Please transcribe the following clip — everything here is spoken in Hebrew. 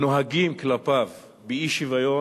שנוהגים כלפיו באי-שוויון,